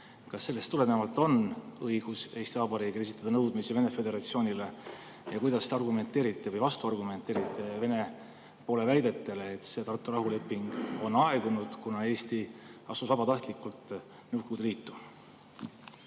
Kas sellest tulenevalt on õigus Eesti Vabariigil esitada nõudmisi Vene föderatsioonile? Ja kuidas te argumenteerite või vastuargumenteerite Vene poole väidetele, et Tartu rahuleping on aegunud, kuna Eesti astus vabatahtlikult Nõukogude Liitu?